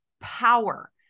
power